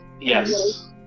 Yes